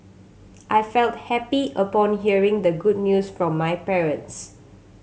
I felt happy upon hearing the good news from my parents